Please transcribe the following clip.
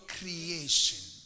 creation